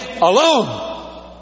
alone